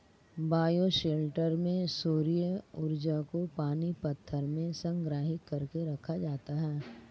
bioshelter में सौर्य ऊर्जा को पानी पत्थर में संग्रहित कर के रखा जाता है